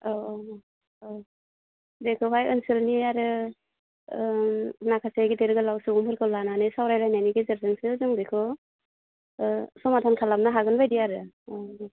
अ अ अ बेखौहाय ओनसोलनि आरो माखासे गेदेर गोलाव सुबुंफोरखौ लानानै सावरायलायनायनि गेजेरजोंसो जों बेखौ समाधान खालामनो हागोन बायदि आरो अ